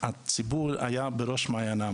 הציבור היה בראש מעייני התנועה